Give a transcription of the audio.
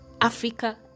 africa